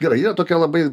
gerai yra tokia labai